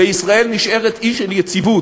וישראל נשארת אי של יציבות.